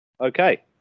Okay